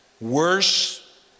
Worse